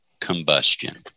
combustion